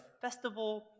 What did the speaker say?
Festival